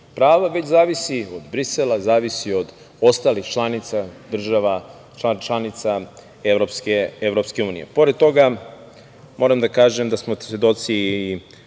prava, već zavisi od Brisela, zavisi od ostalih država-članica Evropske unije. Pored toga, moram da kažem da smo svedoci i